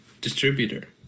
distributor